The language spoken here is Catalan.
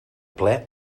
ple